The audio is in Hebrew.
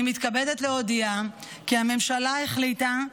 אני מתכבדת להודיע כי הממשלה החליטה,